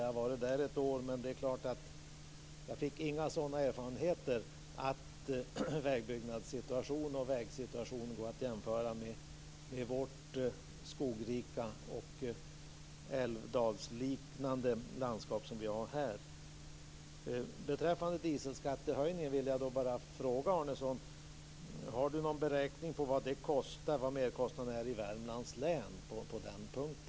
Jag har varit där ett år, men jag fick inte några sådana erfarenheter att situationen när det gäller vägbyggnad och vägar går att jämföra med det skogrika och älvdalsliknande landskap som vi har här. Beträffande höjningen av dieselskatten vill jag bara fråga Arnesson om han har någon beräkning på vad det kostar. Vad är merkostnaden i Värmlands län på den punkten?